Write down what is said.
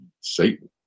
Satan